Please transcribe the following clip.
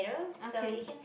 okay